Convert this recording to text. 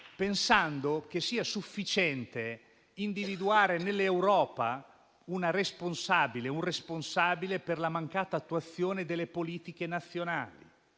Pensare che sia sufficiente individuare nell'Europa un responsabile per la mancata attuazione delle politiche nazionali